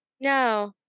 no